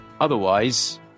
otherwise